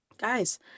guys